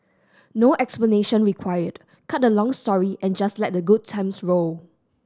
no explanation required cut the long story and just let the good times roll